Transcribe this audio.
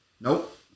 nope